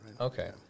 Okay